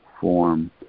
form